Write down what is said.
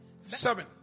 Seven